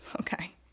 okay